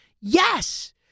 Yes